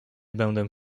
będę